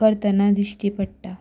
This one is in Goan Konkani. करतना दिश्टी पडटा